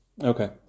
Okay